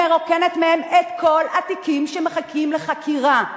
מרוקנת מהם את כל התיקים שמחכים לחקירה.